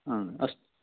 अस्तु